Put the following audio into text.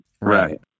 Right